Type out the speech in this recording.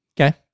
Okay